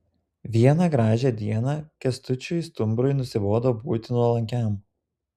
vieną gražią dieną kęstučiui stumbrui nusibodo būti nuolankiam